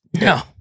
No